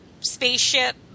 Spaceship